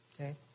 okay